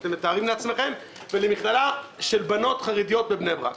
אתם מתארים לעצמכם ולמכללה של בנות חרדיות בבני ברק.